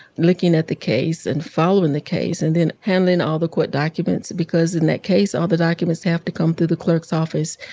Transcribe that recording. looking at the case and following the case and then handling all the court documents because, in that case, all the documents have to come through the clerk's office,